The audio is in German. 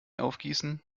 aufgießen